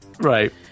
Right